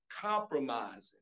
compromising